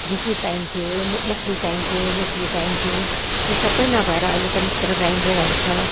ढिकी चाहिन्थ्यो ओख्ली चाहिन्थ्यो मुस्ली चाहिन्थ्यो त्यो सबै नभएर अहिले त मिक्सर ग्राइन्डरहरू छ